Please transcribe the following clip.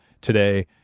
today